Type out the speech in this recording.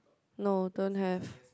no don't have